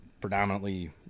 predominantly